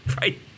right